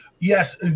Yes